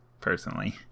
personally